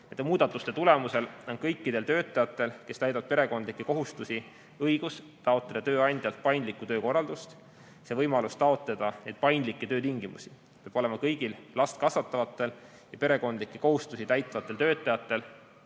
Nende muudatuste tulemusel on kõikidel töötajatel, kes täidavad perekondlikke kohustusi, õigus taotleda tööandjalt paindlikku töökorraldust. Võimalus taotleda paindlikke töötingimusi peab olema kõigil last kasvatavatel ja perekondlikke kohustusi täitvatel töötajatel,